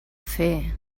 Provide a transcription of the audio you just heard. fer